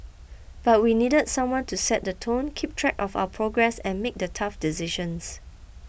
but we needed someone to set the tone keep track of our progress and make the tough decisions